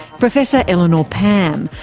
professor eleanor pam,